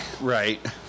Right